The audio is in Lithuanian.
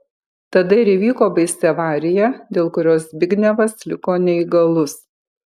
tada ir įvyko baisi avarija dėl kurios zbignevas liko neįgalus